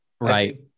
Right